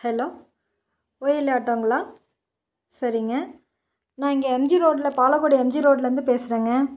hello Ola ஆட்டோங்களா சரிங்க நான் இங்கே எம்ஜி ரோட்டில பாலக்கோடு எம்ஜி ரோட்டிலருந்து பேசுறங்க